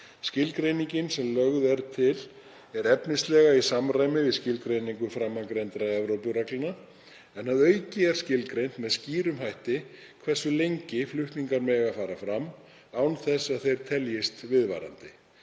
Skilgreiningin sem lögð er til er efnislega í samræmi við skilgreiningu framangreindra Evrópureglna en að auki er skilgreint með skýrum hætti hversu lengi flutningar megi fara fram án þess að þeir teljist viðvarandi.